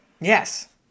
yes